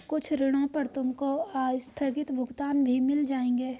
कुछ ऋणों पर तुमको आस्थगित भुगतान भी मिल जाएंगे